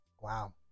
Wow